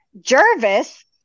Jervis